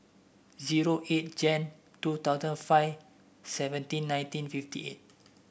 zero eight Jan two thousand five seventeen nineteen fifty eight